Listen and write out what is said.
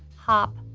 hop,